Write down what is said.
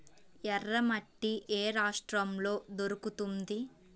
ఎర్రమట్టి ఏ రాష్ట్రంలో దొరుకుతుంది?